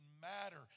matter